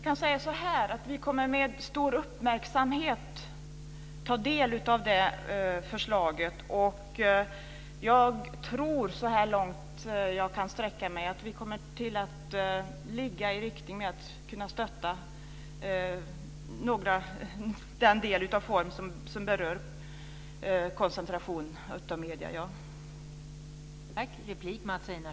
Fru talman! Vi kommer med stor uppmärksamhet att ta del av det förslaget. Jag tror - jag kan sträcka mig så långt - att vi kommer att kunna stötta den del som berör koncentration av medier.